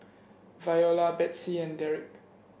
Viola Betsey and Dereck